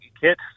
kit